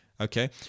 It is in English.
Okay